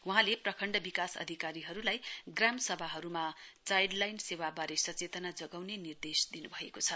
वहाँले प्रखण्ड विकास अधिकारीहरूलाई ग्राम सभाहरूमा चाइल्ड लाइन सेवाबारे सचेतना जगाउने निर्देश दिनु भएको छ